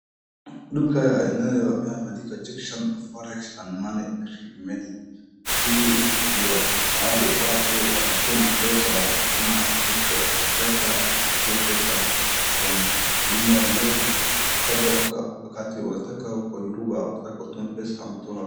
Duka lenye limeandikwa Junction Forex and Money Remittance . Hii ndio mahali watu wanatuma pesa ama mtu akitaka achukue pesa from dunia yote, popote wakati wanataka, wakitaka kwa dhuba ukitaka kutuma pesa ama utume.